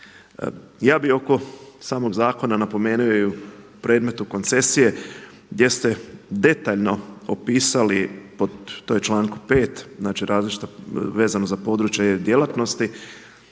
Ja bih oko samog zakona napomenuo i u predmetu koncesije gdje ste detaljno opisali, to je u članku 5., znači različita, vezano za područja djelatnosti.